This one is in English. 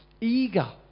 eager